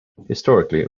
historically